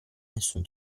nessun